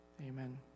Amen